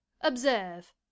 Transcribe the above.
Observe